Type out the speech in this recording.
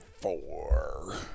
four